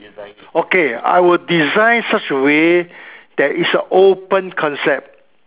okay I would design such a way that is a open concept